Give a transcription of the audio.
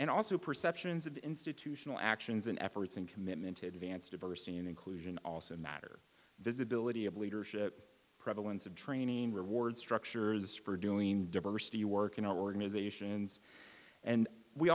and also perceptions of institutional actions and efforts and commitment to advance diversity and inclusion also matter there's ability of leadership prevalence of training reward structures for doing diversity work in organizations and we